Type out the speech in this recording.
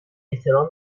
احترام